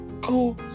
go